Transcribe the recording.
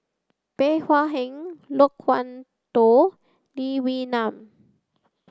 Bey Hua Heng Loke Wan Tho Lee Wee Nam